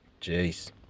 Jeez